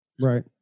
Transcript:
right